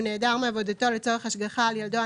הוא נעדר מעבודתו לצורך השגחה על ילדו,